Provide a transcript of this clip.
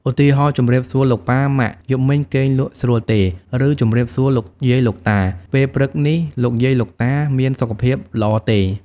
ឧទាហរណ៍ ជម្រាបសួរលោកប៉ា ម៉ាក់! យប់មិញគេងលក់ស្រួលទេ? ឬ ជម្រាបសួរលោកយាយលោកតា! ពេលព្រឹកនេះលោកយាយលោកតាមានសុខភាពល្អទេ?។